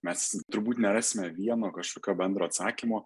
mes turbūt nerasime vieno kažkokio bendro atsakymo